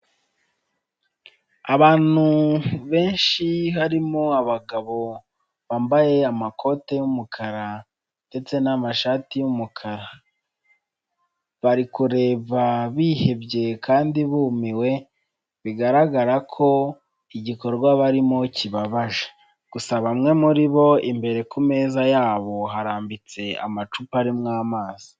Abantu benshi harimo abagabo bambaye amakoti y'umukara ndetse n'amashati y'umukara bari kureba bihebye kandi bumiwe bigaragara ko igikorwa barimo kibabaje gusa bamwe muri bo imbere ku yabo harambitse amacupa arimo amazi.